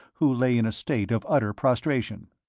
who lay in a state of utter prostration.